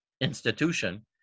institution